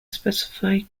specify